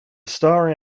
star